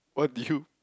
what do you